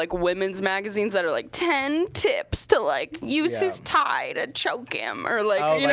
like women's magazines that are like ten tips to like use his tie to chock him or. like oh, you know